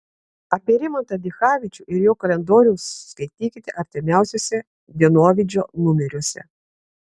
apie rimantą dichavičių ir jo kalendorius skaitykite artimiausiuose dienovidžio numeriuose